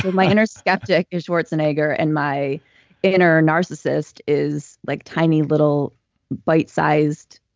my inner skeptic is schwarzenegger, and my inner narcissist is like tiny little bite-sized.